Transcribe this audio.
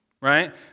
right